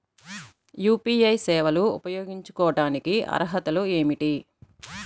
UPI సేవలు ఉపయోగించుకోటానికి అర్హతలు ఏమిటీ?